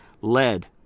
lead